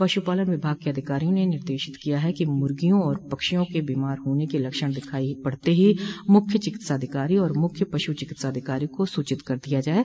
पशुपालन विभाग के अधिकारियों ने निर्देशित किया है कि मुर्गियों और पक्षियों के बीमार होने के लक्षण दिखाई पड़ते ही मुख्य चिकित्साधिकारी और मुख्य पशु चिकित्साधिकारी को सूचित कर दिया जाये